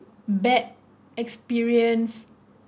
bad experience